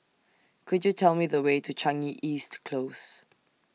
Could YOU Tell Me The Way to Changi East Close